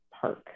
Park